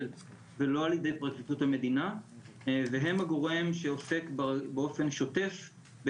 ולא ע"י פרקליטות המדינה והם הגורם שעוסק באופן שוטף,